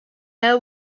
their